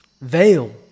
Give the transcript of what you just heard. veil